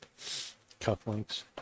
Cufflinks